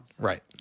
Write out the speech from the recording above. right